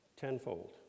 tenfold